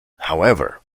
however